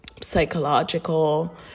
psychological